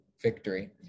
victory